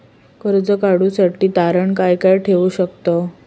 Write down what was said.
कर्ज काढूसाठी तारण काय काय ठेवू शकतव?